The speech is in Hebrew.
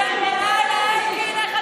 איך אתה ישן בלילה, אלקין?